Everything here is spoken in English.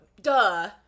duh